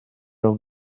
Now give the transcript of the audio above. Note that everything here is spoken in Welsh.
rownd